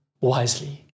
wisely